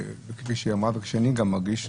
שאני גם מרגיש.